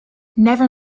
never